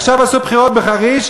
עכשיו עשו בחירות בחריש,